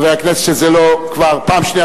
חבר הכנסת שזו לו כבר הפעם השנייה,